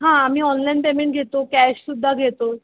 हां आम्ही online payment घेतो कॅश सुद्धा घेतो